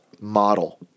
model